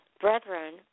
Brethren